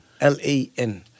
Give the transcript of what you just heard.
L-A-N